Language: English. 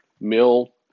mill